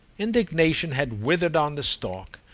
indignation had withered on the stalk,